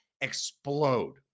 explode